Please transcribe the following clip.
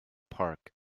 park